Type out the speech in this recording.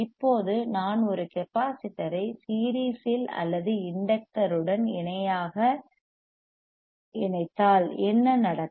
இப்போது நான் ஒரு கெப்பாசிட்டர் ஐ சீரிஸ் இல் அல்லது இண்டக்டர் உடன் இணையாக இணைத்தால் என்ன நடக்கும்